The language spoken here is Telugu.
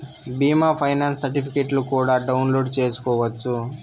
బీమా ఫైనాన్స్ సర్టిఫికెట్లు కూడా డౌన్లోడ్ చేసుకోవచ్చు